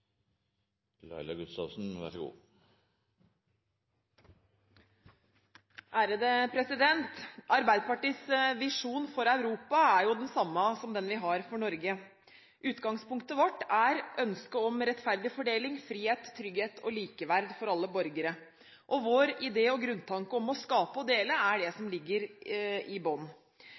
jo den samme som den vi har for Norge. Utgangspunktet vårt er ønske om rettferdig fordeling, frihet, trygghet og likeverd for alle borgere. Vår idé og grunntanke om å skape og dele er det som ligger i